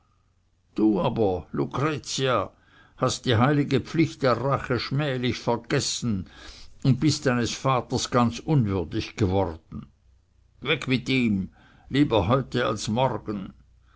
du aber lucretia hast die heilige pflicht der rache schmählich vergessen und bist deines vaters ganz unwürdig geworden weg mit ihm lieber heute als morgen